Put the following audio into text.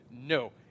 No